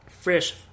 fresh